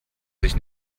sich